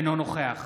אינו נוכח